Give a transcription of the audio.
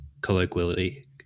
colloquially